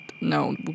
no